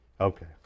Okay